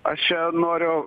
aš čia noriu